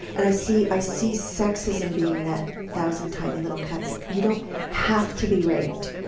and i see i see sexism being that thousand tiny little cuts. you don't have to be raped